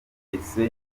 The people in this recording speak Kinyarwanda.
wese